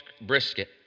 brisket